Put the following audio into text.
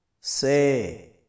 Say